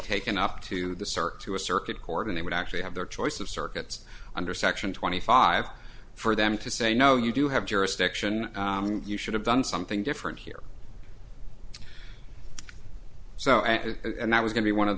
taken up to the circuit to a circuit court and they would actually have their choice of circuits under section twenty five for them to say no you do have jurisdiction you should have done something different here so and that was going to be one of the